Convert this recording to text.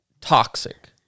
toxic